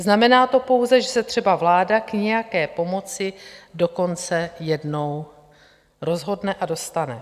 Znamená to pouze, že se třeba vláda k nějaké pomoci dokonce jednou rozhodne a dostane.